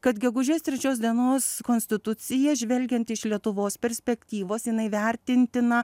kad gegužės trečios dienos konstitucija žvelgiant iš lietuvos perspektyvos jinai vertintina